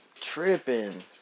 Tripping